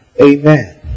Amen